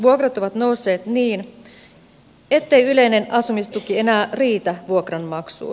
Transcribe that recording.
vuokrat ovat nousseet niin ettei yleinen asumistuki enää riitä vuokranmaksuun